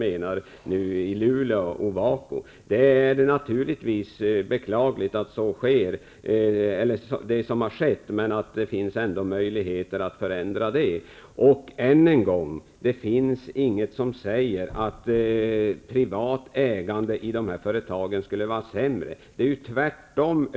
Jag förstår att det är det Leif Marklund åsyftar på. Det som har skett är beklagligt. Men det finns möjligheter att förändra det. Än en gång, det finns ingenting som säger att privat ägande i dessa företag skulle vara sämre. Det är tvärtom.